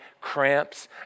cramps